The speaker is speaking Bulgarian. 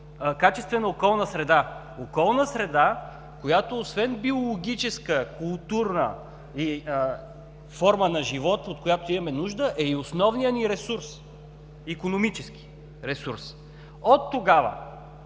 качествена околна среда, околна среда, която освен биологическа и културна форма на живот, от която имаме нужда, е и основният ни ресурс, икономически ресурс. Оттогава